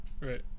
Right